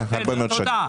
תודה.